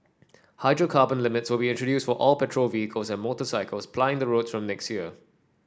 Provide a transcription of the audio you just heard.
hydrocarbon limits will be introduced for all petrol vehicles and motorcycles plying the roads from next year